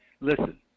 listen